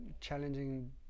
challenging